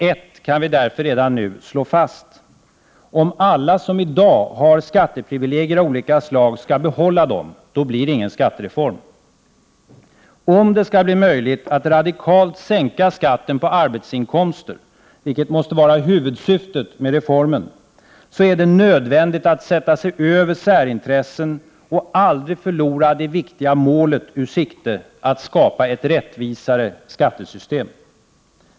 Ett kan vi därför redan nu slå fast: Om alla som i dag har skatteprivilegier av olika slag skall behålla dem, blir det ingen skattereform. Om det skall bli möjligt att radikalt sänka skatten på arbetsinkomster, vilket måste vara huvudsyftet med reformen, är det nödvändigt att sätta sig över särintressen och aldrig förlora det viktiga målet ur sikte: att skapa ett rättvisare skattesystem.